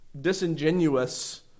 disingenuous